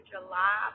July